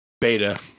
Beta